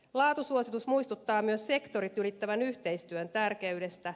laatusuositus muistuttaa myös sektorit ylittävän yhteistyön tärkeydestä